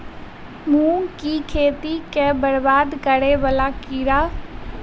मूंग की खेती केँ बरबाद करे वला कीड़ा?